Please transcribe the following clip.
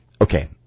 okay